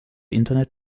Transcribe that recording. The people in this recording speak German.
internet